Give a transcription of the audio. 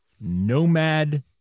nomad